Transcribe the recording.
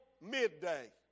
midday